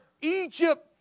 Egypt